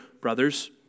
brothers